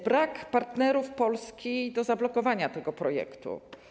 Brakuje partnerów Polski do zablokowania tego projektu.